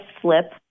slip